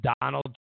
Donald